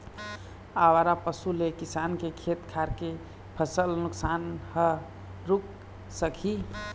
आवारा पशु ले किसान के खेत खार के फसल नुकसान ह रूक सकही